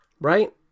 right